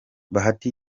bahati